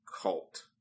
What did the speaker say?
Cult